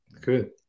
good